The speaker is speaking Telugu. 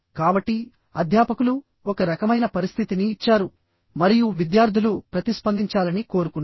కాబట్టి అధ్యాపకులు ఒక రకమైన పరిస్థితిని ఇచ్చారు మరియు విద్యార్థులు ప్రతిస్పందించాలని కోరుకున్నారు